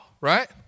right